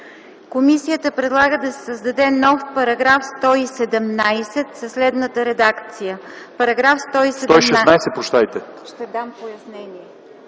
комисията предлага да се създаде нов § 117 със следната редакция: